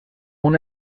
una